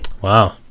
wow